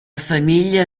famiglia